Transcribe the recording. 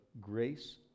grace